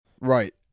Right